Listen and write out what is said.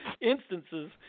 instances